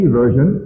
version